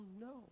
no